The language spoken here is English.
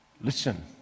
listen